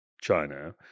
China